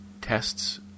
tests